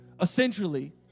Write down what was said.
essentially